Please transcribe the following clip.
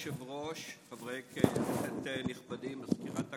כבוד היושב-ראש, חברי כנסת נכבדים, מזכירת הכנסת,